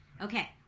okay